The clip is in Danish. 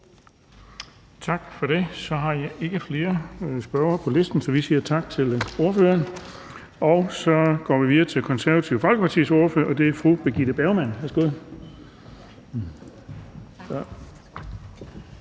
Tak for det. Så har jeg ikke flere spørgere på listen, så vi siger tak til ordføreren. Og så går vi videre til Konservative Folkepartis ordfører, og det er fru Birgitte Bergman. Værsgo.